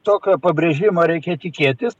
tokio pabrėžimo reikia tikėtis